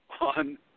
on